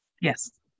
Yes